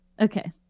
Okay